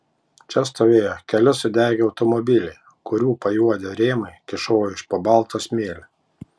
čia stovėjo keli sudegę automobiliai kurių pajuodę rėmai kyšojo iš po balto smėlio